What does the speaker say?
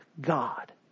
God